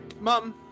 mom